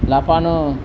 লাফানো